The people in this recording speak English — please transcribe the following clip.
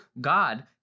God